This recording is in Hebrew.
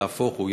נהפוך הוא,